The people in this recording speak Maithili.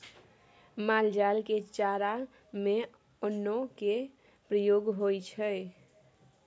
माल जाल के चारा में अन्नो के प्रयोग होइ छइ